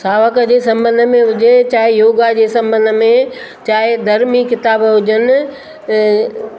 सावक जे संॿंध में हुजे चाहे योगा जे संॿंध में चाहे धर्मी किताब हुजनि